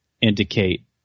indicate